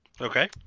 Okay